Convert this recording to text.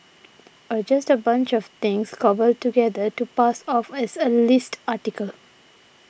or just a bunch of things cobbled together to pass off as a list article